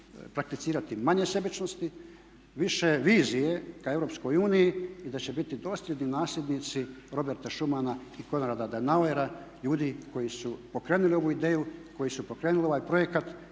prakticirati manje sebičnosti, više vizije ka Europskoj uniji i da će biti dosljedni nasljednici Roberta Schumana i Konrada Denauera, ljudi koji su pokrenuli ovu ideju, koji su pokrenuli ovaj projekat.